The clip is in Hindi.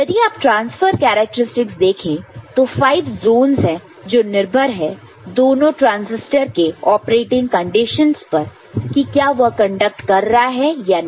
यदि आप ट्रांसफर कैरेक्टरिस्टिकस देखे तो 5 जोनस है जो निर्भर है दोनों ट्रांसिस्टर केऑपरेटिंग कंडीशन पर कि क्या वह कंडक्ट कर रहा है या नहीं